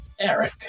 Eric